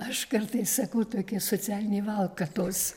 aš kartais sakau tokie socialiniai valkatos